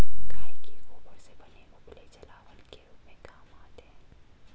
गाय के गोबर से बने उपले जलावन के रूप में काम आते हैं